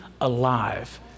alive